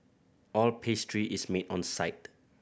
all pastry is made on site